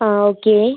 അ okay